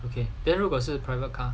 okay then 如果是 private car